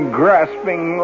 grasping